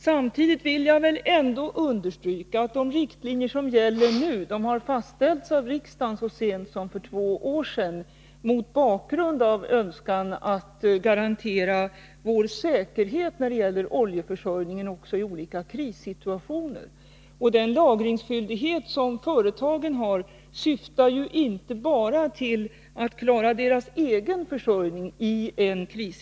Samtidigt vill jag ändå understryka att de riktlinjer som gäller nu har fastställts av riksdagen så sent som för två år sedan. Det skedde mot bakgrund av önskemålet att garantera vår säkerhet när det gäller oljeförsörjningen också i olika krissituationer. Den lagringsskyldighet som företagen har syftar inte bara till att klara deras egen försörjning i en kris.